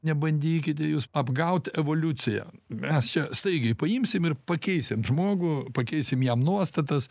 nebandykite jūs apgaut evoliuciją mes čia staigiai paimsim ir pakeisim žmogų pakeisim jam nuostatas